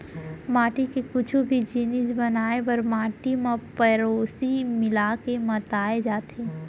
माटी के कुछु भी जिनिस बनाए बर माटी म पेरौंसी मिला के मताए जाथे